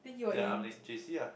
then I'm like J_C lah